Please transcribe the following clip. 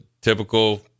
typical